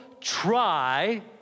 try